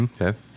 Okay